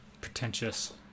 pretentious